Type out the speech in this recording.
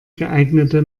geeignete